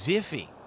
iffy